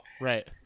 Right